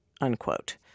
unquote